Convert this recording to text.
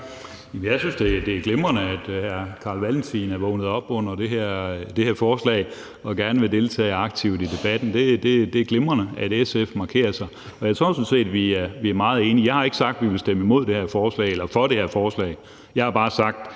Jeg synes, det er glimrende, at hr. Carl Valentin er vågnet op under det her forslag og gerne vil deltage aktivt i debatten. Det er glimrende, at SF markerer sig, og jeg tror sådan set, at vi er meget enige. Jeg har ikke sagt, at vi vil stemme imod det her forslag eller for det her forslag. Jeg har bare sagt,